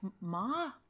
ma